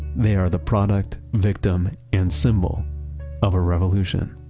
they are the product, victim and symbol of a revolution